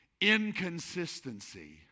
inconsistency